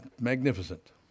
magnificent